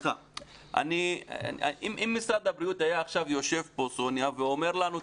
אם משרד הבריאות היה עכשיו יושב פה ואומר לנו,